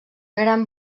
gran